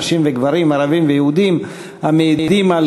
נשים וגברים וערבים ויהודים המעידים על